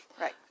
Right